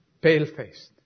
pale-faced